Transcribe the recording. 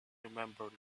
remembered